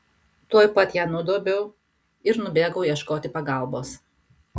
tuoj pat ją nudobiau ir nubėgau ieškoti pagalbos